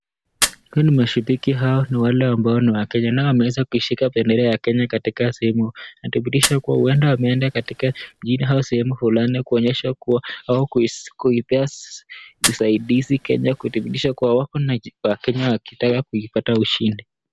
Hawa mashabiki hao ni wale ambao ni Wakenya na wameweza kuishika bendera ya Kenya katika simu. Na kudhibitisha kuwa huenda wameenda katika mjini hao sehemu fulani kuonyesha kuwa au kuipia msaada Kenya kudhibitisha kuwa wako na Wakenya wakitaka kuipata ushindi.